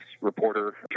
reporter